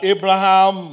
Abraham